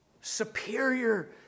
Superior